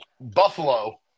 Buffalo